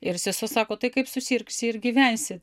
ir sesuo sako tai kaip susirgsi ir gyvensi